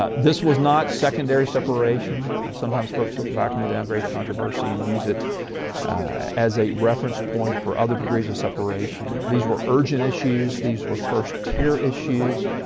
ah this was not secondary separation. sometimes folks look back on the downgrade controversy and use it as a reference point for other degrees of separation. these were urgent issues, these were first tier issues,